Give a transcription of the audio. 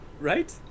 Right